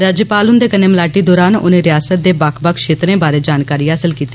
राज्यपाल उन्दे कन्नै मलाटी दौरान उनें रियासत दे बक्ख बक्ख क्षेत्रे बारै जानकारी हासल कीती